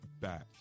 back